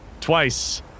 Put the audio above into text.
twice